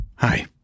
Hi